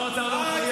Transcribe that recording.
לך לראש הממשלה שלך,